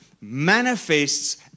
manifests